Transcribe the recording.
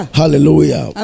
hallelujah